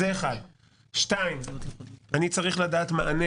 שתיים, אני צריך מענה